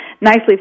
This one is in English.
nicely